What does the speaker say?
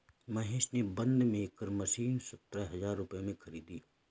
महेश ने bund maker machine सतरह हजार रुपए में खरीदी